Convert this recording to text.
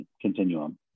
continuum